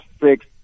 six